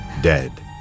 Dead